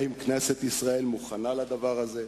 האם כנסת ישראל מוכנה לדבר הזה?